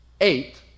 eight